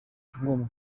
ngomba